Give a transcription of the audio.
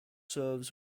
serves